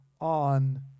on